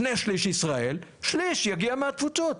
שני שליש ישראל, שליש יגיע מהתפוצות.